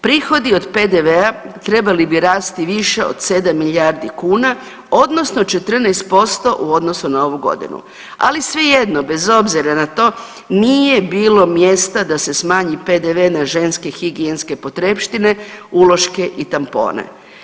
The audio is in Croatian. Prihodi od PDV-a trebali bi rasti više od 7 milijardi kuna odnosno 14% u odnosu na ovu godinu, ali svejedno bez obzira na to nije bilo mjesta da smanji PDV na ženske higijenske potrepštine, uloške i tampone.